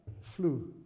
flu